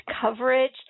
coverage